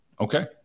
Okay